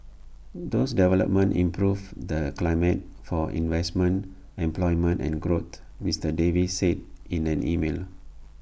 those developments improve the climate for investment employment and growth Mister Davis said in an email